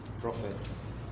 prophets